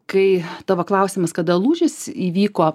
kai tavo klausimas kada lūžis įvyko